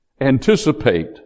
Anticipate